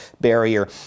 barrier